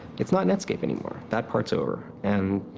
it's not netscape anymore that part's over. and